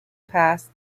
past